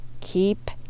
keep